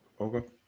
Okay